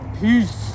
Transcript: Peace